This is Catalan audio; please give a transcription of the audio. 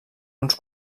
uns